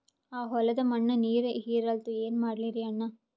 ಆ ಹೊಲದ ಮಣ್ಣ ನೀರ್ ಹೀರಲ್ತು, ಏನ ಮಾಡಲಿರಿ ಅಣ್ಣಾ?